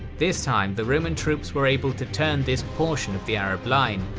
this time the roman troops were able to turn this portion of the arab line,